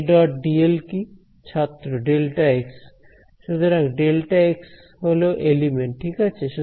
ছাত্র Δx সুতরাং Δx হল এলিমেন্ট ঠিক আছে